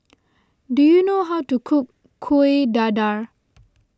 do you know how to cook Kuih Dadar